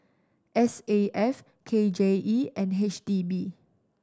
S A F K J E and H D B